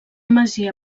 masia